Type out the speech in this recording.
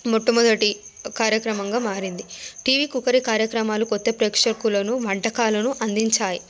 మొట్టమొదటి కార్యక్రమంగా మారింది టీవీ కుకరీ కార్యక్రమాలు కొత్త ప్రేక్షకులను వంటకాలను అందించాయి